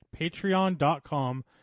patreon.com